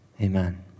amen